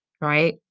right